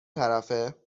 طرفه